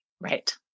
Right